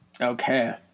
Okay